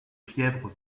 fièvre